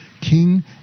King